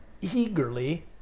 eagerly